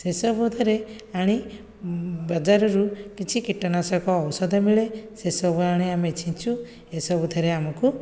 ଏ ସବୁଥିରେ ଆଣି ବଜାରରୁ କିଛି କୀଟନାଶକ ଔଷଧ ମିଳେ ସେସବୁ ଆଣି ଆମେ ଛିଞ୍ଚୁ ଏସବୁ ଥେରେ ଆମକୁ